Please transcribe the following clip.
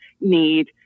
need